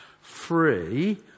free